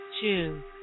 two